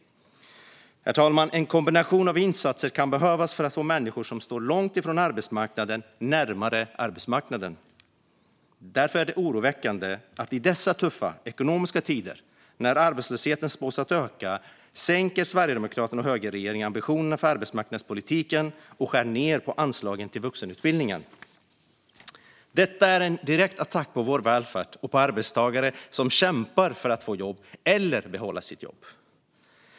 Herr talman! En kombination av insatser kan behövas för att få människor som står långt ifrån arbetsmarknaden närmare arbetsmarknaden. Därför är det oroväckande att Sverigedemokraterna och högerregeringen i dessa tuffa ekonomiska tider, när arbetslösheten spås öka, sänker ambitionerna för arbetsmarknadspolitiken och skär ned på anslagen till vuxenutbildningen. Detta är en direkt attack på vår välfärd och på arbetstagare som kämpar för att få jobb eller behålla sina jobb.